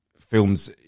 films